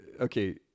okay